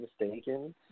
mistaken